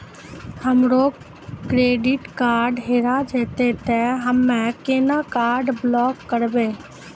हमरो credit card हेरा जेतै ते हम्मय केना कार्ड ब्लॉक करबै?